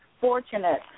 fortunate